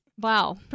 Wow